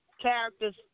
characters